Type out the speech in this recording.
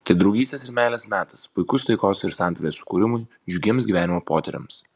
tai draugystės ir meilės metas puikus taikos ir santarvės kūrimui džiugiems gyvenimo potyriams